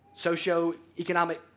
socioeconomic